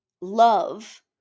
love